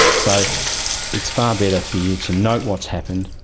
so it's far better for you to note what's happened,